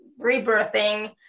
rebirthing